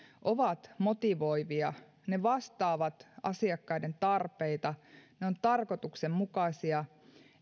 ovat motivoivia ne vastaavat asiakkaiden tarpeita ne ovat tarkoituksenmukaisia